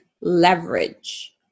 leverage